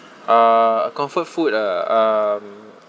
uh a comfort food ah um